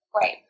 Right